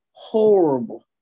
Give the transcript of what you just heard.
horrible